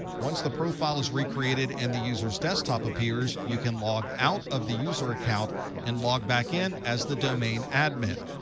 once the profile is recreated, and the user's desktop appears, you can log out of the user account and log back in as the domain admin.